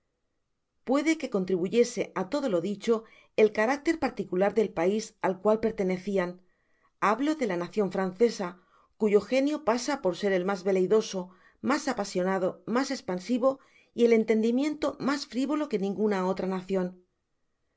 puede que contribuyese á todo lo dicho el carácter particular del pais al cual pertenecian hablo de la nacion francesa cuyo genio pasa por ser el mas veleidoso mas apasionado mas espansivo y el entendimiento mas frivolo que ninguna otra nacion no